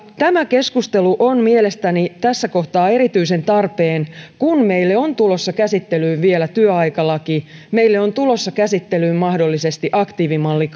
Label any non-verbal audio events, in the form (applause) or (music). tämä keskustelu on mielestäni tässä kohtaa erityisen tarpeen kun meille on tulossa käsittelyyn vielä työaikalaki meille on tulossa käsittelyyn mahdollisesti aktiivimalli (unintelligible)